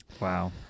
Wow